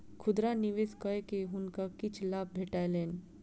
खुदरा निवेश कय के हुनका किछ लाभ भेटलैन